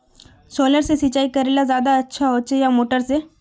Solar से सिंचाई करले ज्यादा अच्छा होचे या मोटर से?